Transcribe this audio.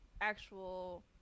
actual